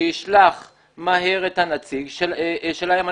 שישלח מהר את הנציג שלהם,